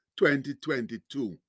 2022